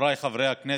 חבריי חברי הכנסת,